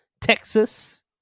Texas